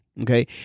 Okay